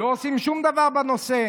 לא עושים שום דבר בנושא.